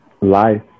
Life